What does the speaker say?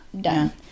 Done